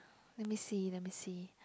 let me see let me see